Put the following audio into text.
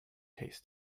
tastes